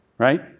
Right